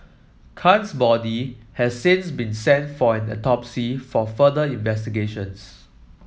Khan's body has since been sent for an autopsy for further investigations